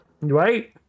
Right